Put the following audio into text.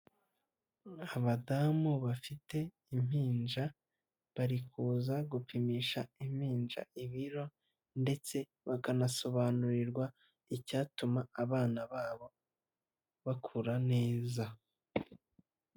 Abadamu bafite impinja bari kuza gupimisha impinja ibiro ndetse bakanasobanurirwa icyatuma abana babo bakura neza.